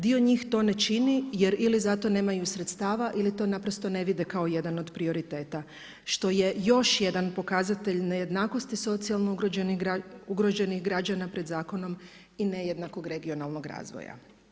Dio njih to ne čini, jer ili za to nemaju sredstava ili to naprosto ne vide kao jedan od prioriteta što je još jedan pokazatelj nejednakosti socijalno ugroženih građana pred zakonom i nejednakog regionalnog razvoja.